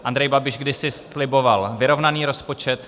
Andrej Babiš kdysi sliboval vyrovnaný rozpočet.